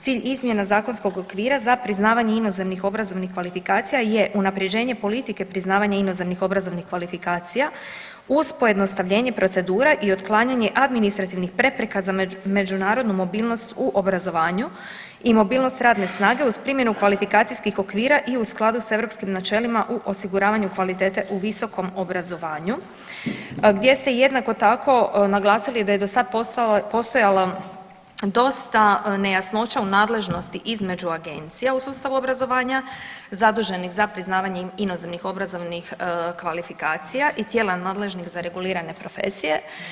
cilj izmjena zakonskog okvira za priznavanje inozemnih obrazovnih kvalifikacija je unaprjeđenje politike priznavanja inozemnih obrazovnih kvalifikacija uz pojednostavljenje procedura i otklanjanje administrativnih prepreke za međunarodnu mobilnost u obrazovanju i mobilnost radne snage uz primjenu kvalifikacijskih okvira i u skladu s europskim načelima u osiguravanju kvalitete u visokom obrazovanju, gdje ste jednako tako naglasili da je do sad postojalo dosta nejasnoća u nadležnosti između agencija u sustavu obrazovanja zaduženih za priznavanje inozemnih obrazovnih kvalifikacija i tijela nadležnih za regulirane profesija.